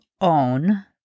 own